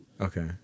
Okay